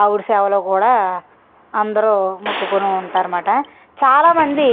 ఆవిడ సేవలో కూడా అందరూ మొక్కుకుని ఉంటారు అన్నమాట చాలామంది